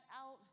out